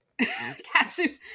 katsu